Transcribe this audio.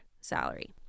salary